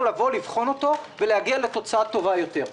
לבחון אותו ולהגיע לתוצאה טובה יותר.